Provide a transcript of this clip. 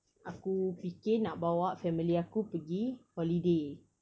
aku fikir nak bawa family aku pergi holiday